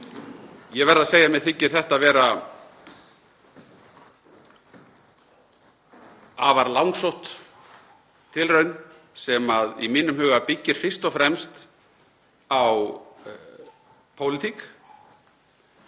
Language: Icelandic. Ég verð að segja að mér þykir þetta vera afar langsótt tilraun sem í mínum huga byggir fyrst og fremst á pólitík,